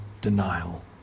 denial